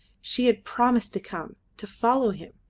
she had promised to come, to follow him,